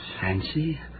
fancy